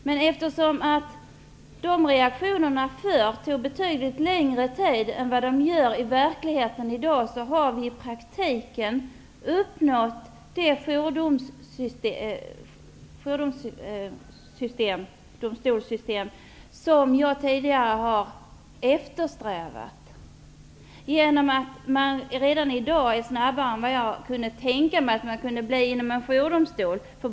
Men eftersom de reaktionerna förr tog betydligt längre tid än de i verkligheten gör i dag, har vi i praktiken fått det jourdomstolssystem som jag tidigare har eftersträvat. Man är redan i dag snabbare än vad jag för tre-fyra år sedan kunde tänka mig att man kunde bli inom en jourdomstol.